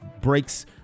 breaks